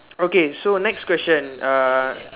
okay so next question uh